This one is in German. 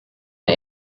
der